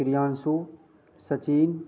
Priyanshu Sachin